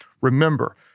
remember